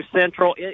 Central